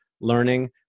learning